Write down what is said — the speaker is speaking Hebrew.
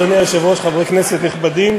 אדוני היושב-ראש יכול להוסיף אותי